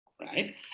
Right